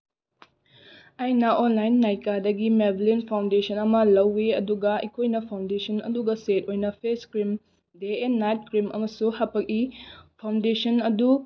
ꯑꯩꯅ ꯑꯣꯟꯂꯥꯏꯟ ꯅꯥꯏꯀꯥꯗꯒꯤ Maybelline foundation ꯑꯃ ꯂꯧꯋꯤ ꯑꯗꯨꯒ ꯑꯩꯈꯣꯏꯅ ꯐꯥꯎꯟꯗꯦꯁꯟ ꯑꯗꯨꯒ ꯁꯦꯠ ꯑꯣꯏꯅ face cream day and night cream ꯑꯃꯁꯨ ꯍꯥꯞꯄꯛꯏ ꯐꯥꯎꯟꯗꯦꯁꯟ ꯑꯗꯨ